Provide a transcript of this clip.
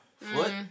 Foot